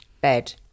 Bed